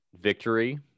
victory